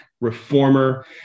reformer